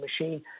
machine